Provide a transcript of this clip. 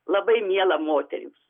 labai miela moterims